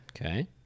Okay